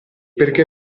perché